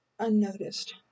unnoticed